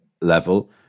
level